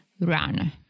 run